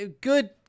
Good